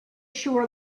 sure